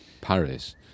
Paris